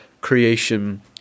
creation